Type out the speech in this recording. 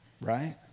right